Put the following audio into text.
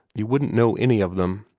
you wouldn't know any of them.